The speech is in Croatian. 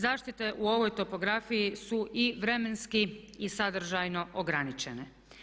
Zaštite u ovoj topografiji su i vremenski i sadržajno ograničene.